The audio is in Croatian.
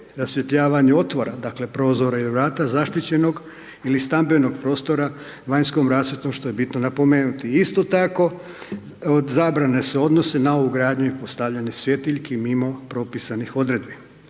Rasvjetljavanje otvora, dakle prozore i vrata zaštićenog ili stambenog prostora vanjskom rasvjetom, što je bitno napomenuti. Isto tako, zabrane se odnose na ugradnju i postavljanje svjetiljki mimo propisanih odredbi.